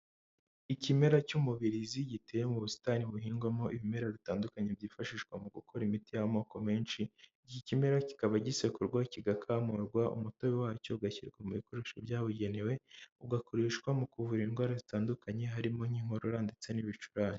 Ikimera cy'umubirizi giteye mu busitani buhingwamo ibimera bitandukanye byifashishwa mu gukora imiti y'amoko menshi, iki kimera kikaba gisekurwa kigakamurwa, umutobe wacyo ugashyirwa mu bikoresho byabugenewe ugakoreshwa mu kuvura indwara zitandukanye harimo nk'inkorora ndetse n'ibicurane.